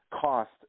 cost